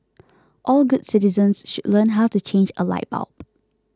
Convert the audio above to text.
all good citizens should learn how to change a light bulb